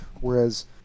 Whereas